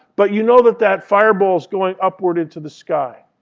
but you know that that fireball is going upward into the sky.